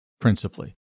principally